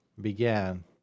began